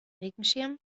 regenschirm